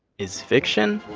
is fiction.